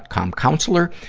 com counselor,